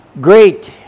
great